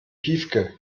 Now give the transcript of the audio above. piefke